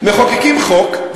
מחוקקים חוק,